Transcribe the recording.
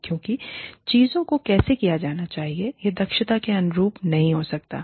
क्योंकि चीजों को कैसे किया जाना चाहिए यह दक्षता के अनुरूप नहीं हो सकता है